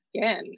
skin